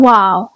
Wow